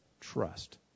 trust